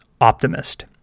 optimist